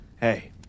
hey